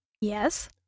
Yes